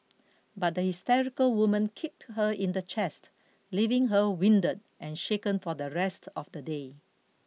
but the hysterical woman kicked her in the chest leaving her winded and shaken for the rest of the day